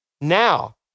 now